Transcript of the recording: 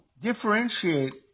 differentiate